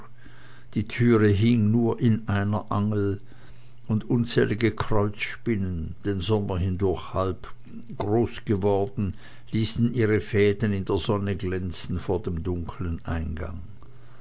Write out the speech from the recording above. die türe hing nur in einer angel und unzählige kreuzspinnen den sommer hindurch halb grün geworden ließen ihre fäden in der sonne glänzen vor dem dunklen eingang